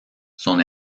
son